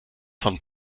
von